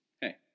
hey